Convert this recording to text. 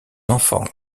enfants